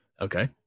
Okay